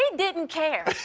didn't didn't care.